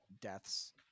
deaths